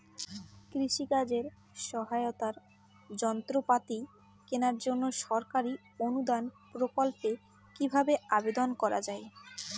কৃষি কাজে সহায়তার যন্ত্রপাতি কেনার জন্য সরকারি অনুদান প্রকল্পে কীভাবে আবেদন করা য়ায়?